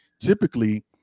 typically